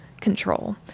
control